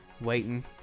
Waiting